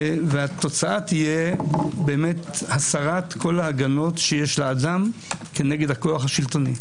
התוצאה תהיה הסרת כל ההגנות שיש לאדם נגד הכוח השלטוני.